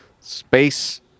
space